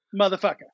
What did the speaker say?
motherfucker